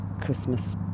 Christmas